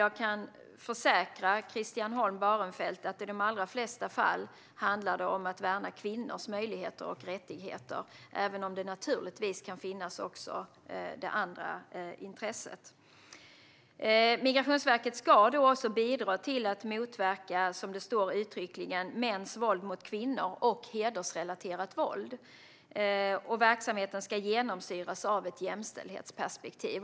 Jag kan försäkra Christian Holm Barenfeld om att det i de allra flesta fall handlar om att värna kvinnors möjligheter och rättigheter, även om det naturligtvis också kan finnas andra intressen. Migrationsverket ska, som det uttryckligen står, bidra till att motverka mäns våld mot kvinnor och hedersrelaterat våld. Verksamheten ska genomsyras av ett jämställdhetsperspektiv.